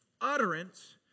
utterance